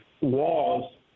walls